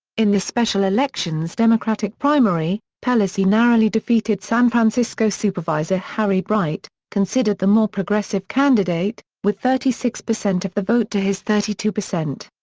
in the special election's democratic primary, pelosi narrowly defeated san francisco supervisor harry britt, considered the more progressive candidate, with thirty six percent of the vote to his thirty two percent.